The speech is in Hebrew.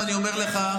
עכשיו, אני אומר לך,